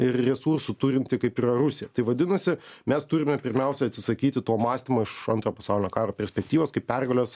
ir resursų turinti kaip yra rusija tai vadinasi mes turime pirmiausia atsisakyti to mąstymo iš antro pasaulio karo perspektyvos kaip pergalės